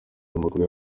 amaguru